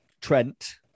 Trent